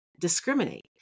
discriminate